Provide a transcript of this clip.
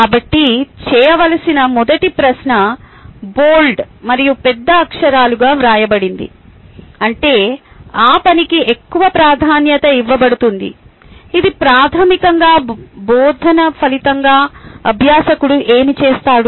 కాబట్టి చేయవలసిన మొదటి ప్రశ్న బోల్డ్ మరియు పెద్ద అక్షరాలుగా వ్రాయబడింది అంటే ఆ పనికి ఎక్కువ ప్రాధాన్యత ఇవ్వబడుతుంది ఇది ప్రాథమికంగా బోధన ఫలితంగా అభ్యాసకుడు ఏమి చేస్తాడు